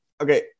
Okay